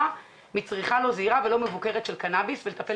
מצריכה לא זהירה ולא מבוקרת של קנאביס ולטפל